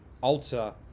alter